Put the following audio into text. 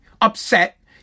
upset